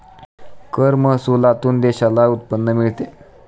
कर महसुलातून देशाला उत्पन्न मिळते